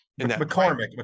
mccormick